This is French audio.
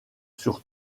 sur